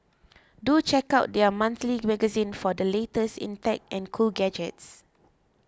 do check out their monthly magazine for the latest in tech and cool gadgets